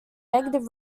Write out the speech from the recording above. negative